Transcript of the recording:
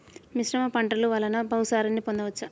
మిశ్రమ పంటలు వలన భూసారాన్ని పొందవచ్చా?